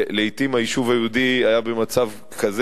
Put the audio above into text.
לעתים היישוב היהודי היה שם במצב כזה,